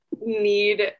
need